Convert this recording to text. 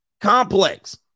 complex